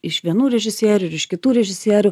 iš vienų režisierių ir iš kitų režisierių